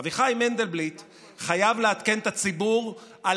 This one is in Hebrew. אביחי מנדלבליט חייב לעדכן את הציבור על